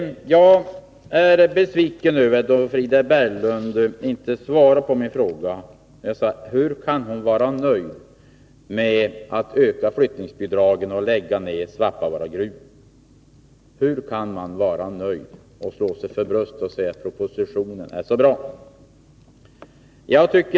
Jag är besviken över att Frida Berglund inte svarade på min fråga, som var: Hur kan Frida Berglund vara nöjd med att öka flyttningsbidragen och lägga ner Svappavaaragruvan? Hur kan man vara nöjd, slå sig för bröstet och säga att propositionen är så bra?